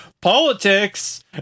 politics